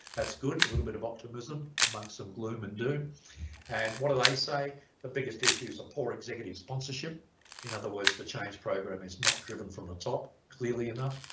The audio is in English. that's good a little bit of optimism among some gloom and doom and what do they say the biggest issue is a poor executive sponsorship in other words the change program is not driven from the top clearly enough.